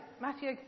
Matthew